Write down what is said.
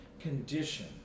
condition